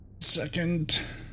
Second